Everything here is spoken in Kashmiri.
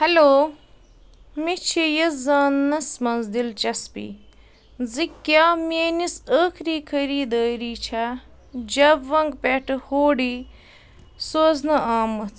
ہٮ۪لو مےٚ چھِ یہِ زانٛنس منٛز دِلچسپی زِ کیٛاہ میٛٲنِس ٲخری خریٖدٲری چھےٚ جَبونٛگ پٮ۪ٹھٕ ہوڈی سوزنہٕ آمٕژ